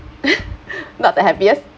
not the happiest